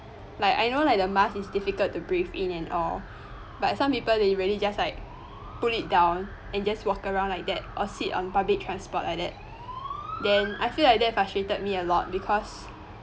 like I know like the mask is difficult to breath in and all but some people they really just like put it down and just walked around like that or sit on public transport like that then I feel like that frustrated me a lot because